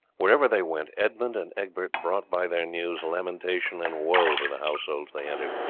wherever they went edmund and egbert brought by their news lamentation and woe to the households they entered,